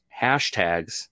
hashtags